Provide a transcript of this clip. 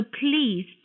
please